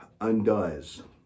undoes